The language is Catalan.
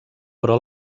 però